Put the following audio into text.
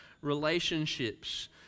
relationships